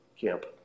camp